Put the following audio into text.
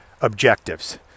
objectives